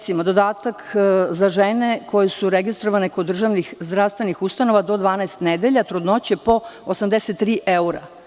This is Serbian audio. Prvi je dodatak za žene koje su registrovane kod državnih zdravstvenih ustanova do 12 nedelja trudnoće po 83 evra.